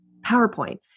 PowerPoint